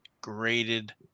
graded